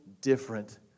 different